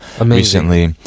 Recently